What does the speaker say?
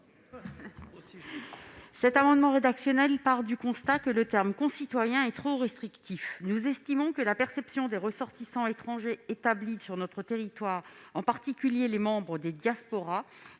Cet amendement rédactionnel part du constat que le terme « concitoyens » est trop restrictif. Nous estimons que la perception des ressortissants étrangers établis sur notre territoire, en particulier les membres des diasporas,